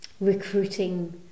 Recruiting